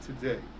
today